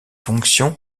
fonction